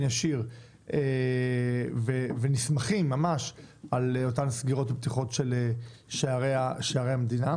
ישיר ונסמכים ממש על אותן סגירות ופתיחות של שערי המדינה.